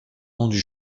rendu